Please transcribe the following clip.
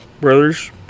Brothers